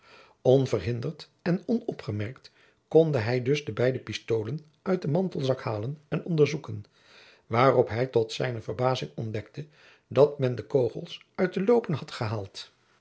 onverhinderd en onopgemerkt konde hij dus de beide pistoolen uit den mantelzak halen en onderzoeken waarop hij tot zijne verbazing ontdekte dat men de kogels uit de loopen had gehaald